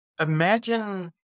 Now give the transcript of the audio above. imagine